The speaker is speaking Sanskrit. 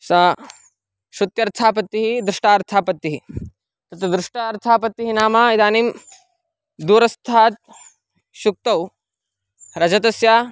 सा शुक्त्यर्थापत्तिः दृष्टार्थापत्तिः तत् दृष्टार्थापत्तिः नाम इदानीं दूरस्थात् शुक्तौ रजतस्य